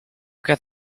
got